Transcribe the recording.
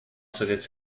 serait